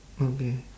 okay